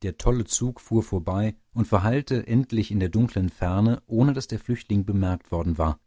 der tolle zug fuhr vorbei und verhallte endlich in der dunklen ferne ohne daß der flüchtling bemerkt worden war